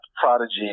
prodigy